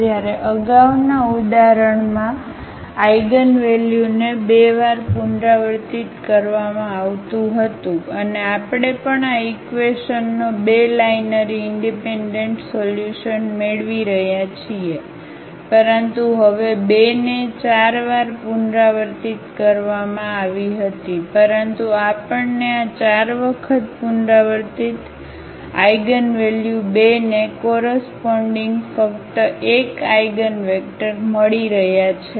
જ્યારે અગાઉના ઉદાહરણમાં આઇગનવેલ્યુને બે વાર પુનરાવર્તિત કરવામાં આવતું હતું અને આપણે પણ આ ઈક્વેશનનો બે લાઇનરી ઇનડિપેન્ડન્ટ સોલ્યુશન મેળવી રહ્યા છીએ પરંતુ હવે 2 ને ચાર વાર પુનરાવર્તિત કરવામાં આવી હતી પરંતુ આપણને આ 4 વખત પુનરાવર્તિત આઇગનવેલ્યુ 2 ને કોરસપોન્ડીગ ફક્ત 1 આઇગનવેક્ટર મળી રહ્યા છે